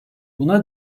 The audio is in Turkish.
buna